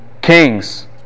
kings